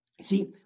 See